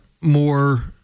more